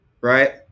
right